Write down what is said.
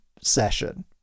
session